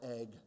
egg